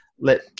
let